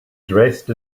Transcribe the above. dressed